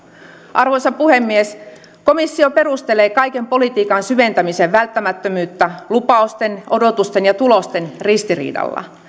arvoisa puhemies komissio perustelee kaiken politiikan syventämisen välttämättömyyttä lupausten odotusten ja tulosten ristiriidalla